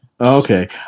Okay